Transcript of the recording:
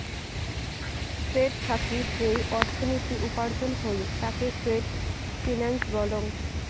trade থাকি যেই অর্থনীতি উপার্জন হই তাকে ট্রেড ফিন্যান্স বলং